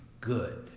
good